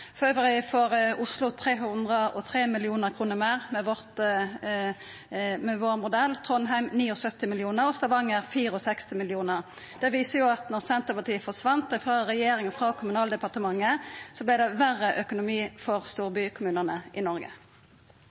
Oslo får 303 mill. kr meir med vår modell, Trondheim 79 mill. kr meir og Stavanger 64 mill. kr meir. Det viser at då Senterpartiet forsvann frå regjeringa, frå Kommunaldepartementet, vart det forverring i økonomien for storbykommunane i Noreg.